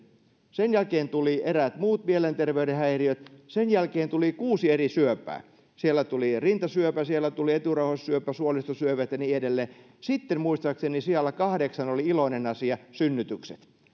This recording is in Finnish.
sen jälkeen tulivat eräät muut mielenterveyden häiriöt sen jälkeen tuli kuusi eri syöpää siellä tuli rintasyöpä siellä tuli eturauhassyöpä suolistosyövät ja niin edelleen sitten muistaakseni sijalla kahdeksan oli iloinen asia synnytykset